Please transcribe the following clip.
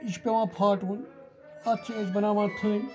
یہِ چھِ پٮ۪وان پھاٹوُن اَتھ چھِ أسۍ بَناوان تھٔنۍ